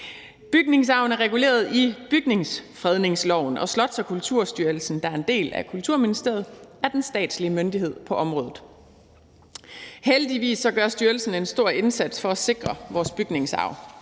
Bygningsarven er reguleret i bygningsfredningsloven, og Slots- og Kulturstyrelsen, der er en del af Kulturministeriet, er den statslige myndighed på området. Heldigvis gør styrelsen en stor indsats for at sikre vores bygningsarv.